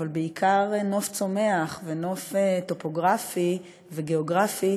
אבל בעיקר נוף צומח ונוף טופוגרפי וגיאוגרפי,